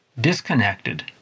disconnected